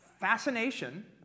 fascination